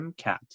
MCAT